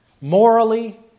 morally